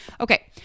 Okay